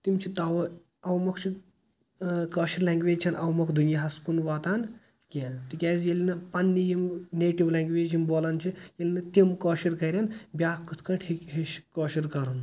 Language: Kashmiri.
تِم چھِ تَوٕ اَو مۄکھ چھِ کٲشر لٮ۪نٛگویج چھنہٕ او مۄکھٕ دُنیاہَس کُن واتان کیٚنٛہہ تِکیازِ ییٚلہِ نہٕ پَننی یِم نیٹِو لٮ۪نٛگویج یِم بولان چھِ ییٚلہِ نہٕ تِم کٲشٕر کَرَن بیاکھ کِتھ کٲٹھۍ ہیچھ کٲشر کَرُن